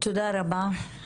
תודה רבה.